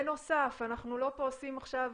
בנוסף, אנחנו לא פורסים עכשיו